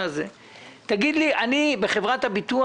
אני רוצה לומר דבר פשוט: אחד המרכיבים